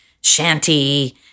shanty